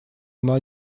она